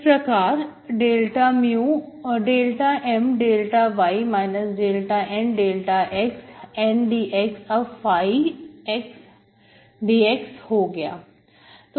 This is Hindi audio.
इस प्रकार ∂M∂y ∂N∂x N dx अब ϕ dx हो गया